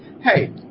hey